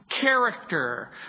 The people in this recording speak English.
character